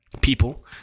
people